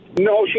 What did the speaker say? No